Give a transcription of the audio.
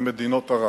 מדינות ערב,